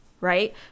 right